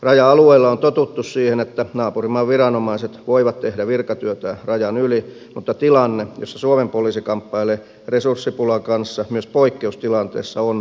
raja alueilla on totuttu siihen että naapurimaan viranomaiset voivat tehdä virkatyötään rajan yli mutta tilanne jossa suomen poliisi kamppailee resurssipulan kanssa myös poikkeustilanteessa on muotopuoli